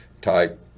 type